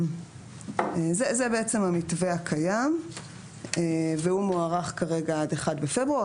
זה בעצם המתווה הקיים והוא מוארך כרגע עד ה-1 לפברואר.